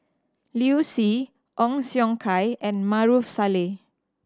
Liu Si Ong Siong Kai and Maarof Salleh